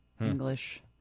English